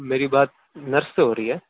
میری بات نرس سے ہو رہی ہے